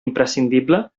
imprescindible